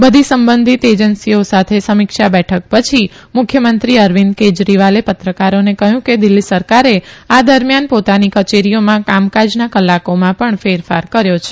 બધી સંબંધિત એજન્સીઓ સાથે સમીક્ષા બેઠક પછી મુખ્યમંત્રી રવીંદ કેજરીવાલે પત્રકારોને કહ્યું કે દિલ્હી સરકારે આ દરમિયાન પોતાની કચેરીઓમાં કામકાજના કલાકોમાં પણ ફેરફાર કર્યો છે